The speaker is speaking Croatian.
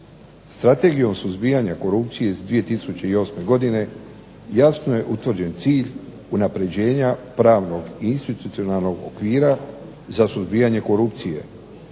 Strategijom suzbijanja korupcije iz 2008. godine jasno je utvrđen cilj unapređenja pravnog i institucionalnog okvira za suzbijanje korupcije,